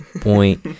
point